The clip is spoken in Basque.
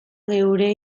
geure